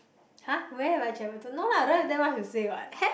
!huh! where would I travel no lah I don't have that much to say what